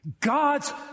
God's